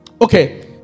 okay